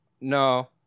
No